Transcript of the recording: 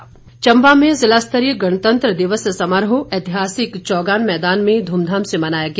चंबा समारोह चंबा में ज़िला स्तरीय गणतंत्र दिवस समारोह ऐतिहासिक चौगान मैदान में ध्रमधाम से मनाया गया